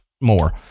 more